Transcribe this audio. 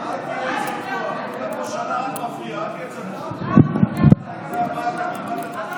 הפלת ממשלה, קיבלת תפקיד.